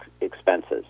expenses